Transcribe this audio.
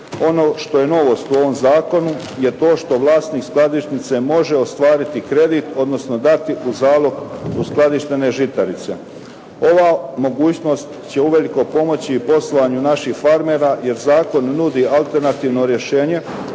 Ono što je novost u ovom zakonu je to što vlasnik skladišnice može ostvariti kredit, odnosno dati u zalog uskladištene žitarice. Ova mogućnost će uvelike pomoći poslovanju naših farmera, jer zakon nudi alternativno rješenje